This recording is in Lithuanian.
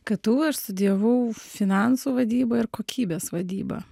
ktu aš studijavau finansų vadybą ir kokybės vadybą